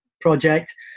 project